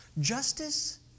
Justice